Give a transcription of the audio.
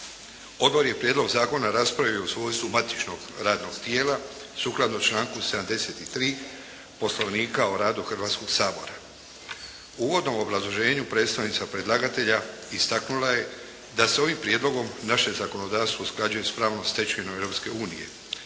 Odbor je prijedlog zakona raspravio u svojstvu matičnog radnog tijela, sukladno članku 73. Poslovnika o radu Hrvatskoga sabora. U uvodnom obrazloženju predstavnica predlagatelja istaknula je da se ovim prijedlogom naše zakonodavstvo usklađuje s pravnom stečevinom Europske unije.